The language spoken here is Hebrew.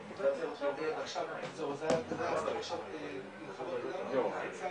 אני יכול לתת לך עוד אלפי דוגמאות לדברים שהם גם דחופים וחשובים